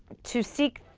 to seek,